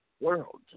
world